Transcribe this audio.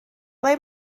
ble